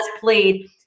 played